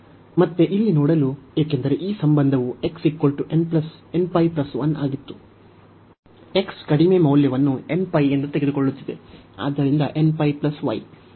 ಮತ್ತೆ ಇಲ್ಲಿ ನೋಡಲು ಏಕೆಂದರೆ ಈ ಸಂಬಂಧವು x nπ 1 ಆಗಿತ್ತು x ಕಡಿಮೆ ಮೌಲ್ಯವನ್ನು nπ ಎಂದು ತೆಗೆದುಕೊಳ್ಳುತ್ತಿದೆ ಆದ್ದರಿಂದ nπ y